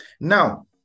Now